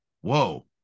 whoa